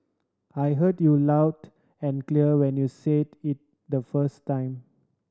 I heard you loud and clear when you said it the first time